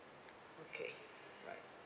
okay right